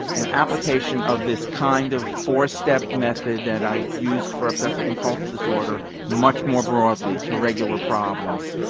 an application of this kind of four step method that i used for obsessive compulsive disorder much more broadly to regular problems.